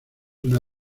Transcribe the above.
una